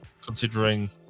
Considering